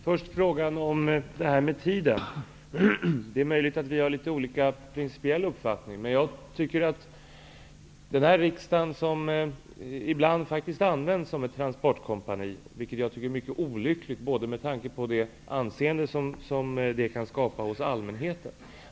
Herr talman! Det är möjligt att vi har litet olika principiell uppfattning om detta med tiden. Den här riksdagen används ändå ibland som ett transportkompani, vilket jag tycker är mycket olyckligt bl.a. med tanke på det dåliga anseende som det kan skapa hos allmänheten.